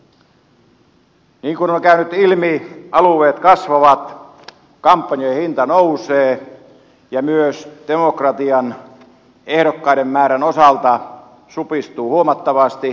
niin kuin on käynyt ilmi alueet kasvavat kampanjoiden hinta nousee ja myös demokratia ehdokkaiden määrän osalta supistuu huomattavasti